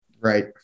Right